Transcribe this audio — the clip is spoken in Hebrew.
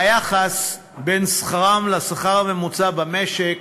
היחס בין שכרם לשכר הממוצע במשק